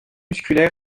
musculaire